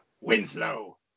Winslow